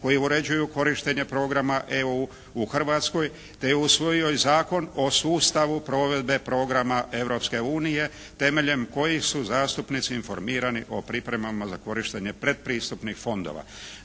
koji uređuju korištenje programa EU u Hrvatskoj, te je usvojio i Zakon o sustavu provedbe Europske unije, temeljem kojih su zastupnici informirani o pripremama za korištenje predpristupnih fondova.